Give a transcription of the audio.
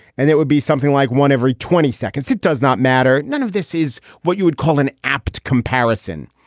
and that would be something like one every twenty seconds. it does not matter. none of this is what you would call an apt comparison.